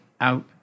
out